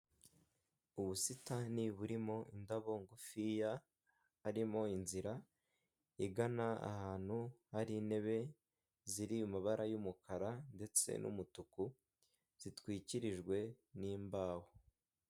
Ubusitani burimo indabo ngufiya, harimo inzira igana ahantu hari intebe ziri mu mabara y'umukara ndetse n'umutuku, zitwikirijwe n'imbaho.